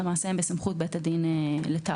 הם בסמכות בית הדין לתעבורה.